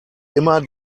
immer